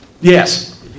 Yes